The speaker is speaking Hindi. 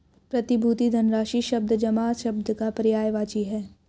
प्रतिभूति धनराशि शब्द जमा शब्द का पर्यायवाची है